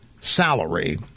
salary